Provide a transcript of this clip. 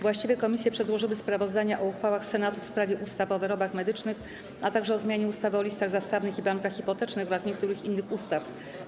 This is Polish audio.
Właściwie komisje przedłożyły sprawozdania o uchwałach Senatu w sprawie ustaw: - o wyrobach medycznych, - o zmianie ustawy o listach zastawnych i bankach hipotecznych oraz niektórych innych ustaw.